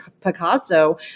Picasso